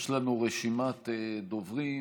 יש לנו רשימת דוברים.